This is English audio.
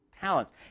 talents